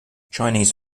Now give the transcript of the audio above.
chinese